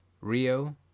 Rio